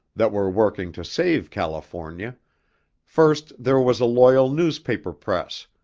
that were working to save california first there was a loyal newspaper press,